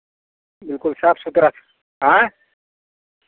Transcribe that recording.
बिलकुल साफ सुथरा छै आँय